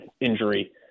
injury